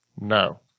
No